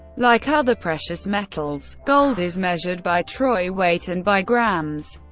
like other precious metals, gold is measured by troy weight and by grams.